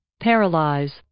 paralyze